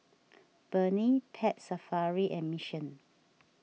Burnie Pet Safari and Mission